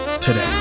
today